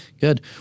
Good